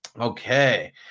Okay